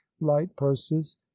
light-purses